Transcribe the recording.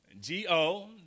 G-O